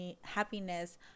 happiness